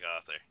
author